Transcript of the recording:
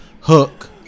hook